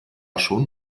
schon